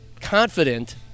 confident